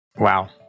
Wow